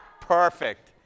Perfect